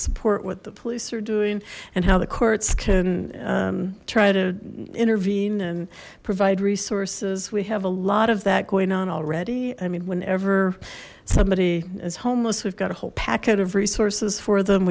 support what the police are doing and how the courts can try to intervene and provide resources we have a lot of that going on already i mean whenever somebody as homeless we've got a whole packet of resources for them